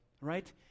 right